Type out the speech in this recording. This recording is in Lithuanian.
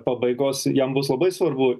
pabaigos jam bus labai svarbu